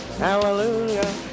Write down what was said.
Hallelujah